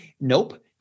Nope